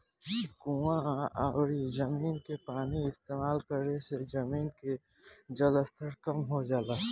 कुवां अउरी जमीन के पानी इस्तेमाल करे से जमीन के जलस्तर कम हो जाला